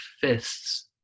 fists